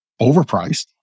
overpriced